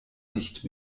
nicht